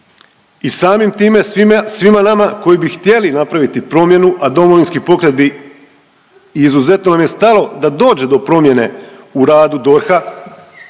i samim time svima nama koji bi htjeli napraviti promjenu, a Domovinski pokret bi i izuzetno nam je stalo da dođe do promjene u radu DORH-a